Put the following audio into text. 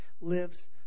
lives